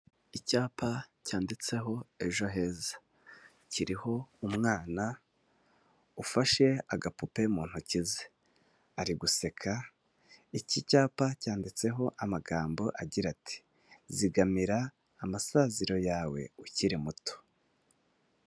Icyapa cyanditseho ejo heza kiriho umwana ufashe agapupe mu ntoki ze ari guseka iki cyapa cyanditseho amagambo agira ati zigamira amasaziro yawe ukiri muto.